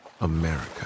America